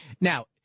Now